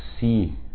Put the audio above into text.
see